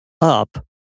up